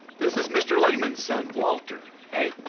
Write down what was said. this is mr. lehman's son, walter. hey.